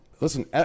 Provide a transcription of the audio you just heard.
Listen